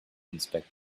inspect